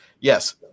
Yes